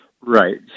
Right